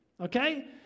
Okay